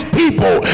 people